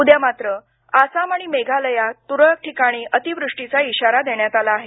उद्या मात्र आसाम आणि मेघालयात तुरळक ठिकाणी अति वृष्टीचा इशारा देण्यात आला आहे